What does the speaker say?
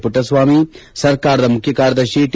ಪುಟ್ಟಸ್ವಾಮಿ ಸರ್ಕಾರದ ಮುಖ್ಯ ಕಾರ್ಯದರ್ಶಿ ಟೆ